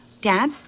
Dad